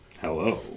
hello